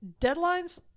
Deadlines